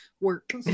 Work